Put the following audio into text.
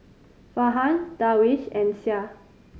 Farhan Darwish and Syah